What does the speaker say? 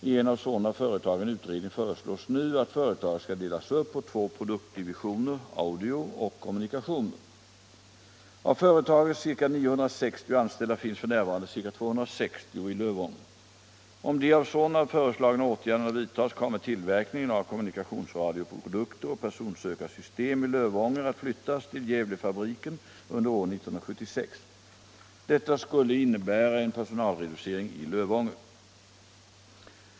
I en av Sonab företagen utredning föreslås nu att företaget skall delas upp på två produktdivisioner, audio och kommunikation. Av företagets ca 960 anställda finns f.n. ca 260 i Lövånger. Om de av Sonab föreslagna åtgärderna vidtas kommer tillverkningen av kommunikationsradioprodukter och personsökarsystem i Lövånger att flyttas till Gävlefabriken under är 1976. Detta skulle innebära en personalreducering i Lövånger.